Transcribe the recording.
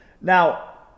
Now